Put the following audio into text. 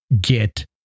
get